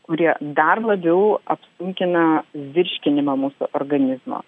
kurie dar labiau apsunkina virškinimą mūsų organizmo